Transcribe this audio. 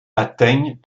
atteignent